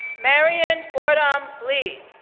marian boram lee,